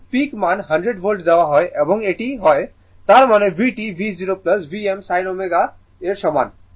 কারণ পিক মান 100 ভোল্ট দেওয়া হয় এবং এটি হয় তার মানে vt V0 Vm sin ω এর সমান